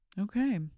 Okay